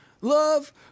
love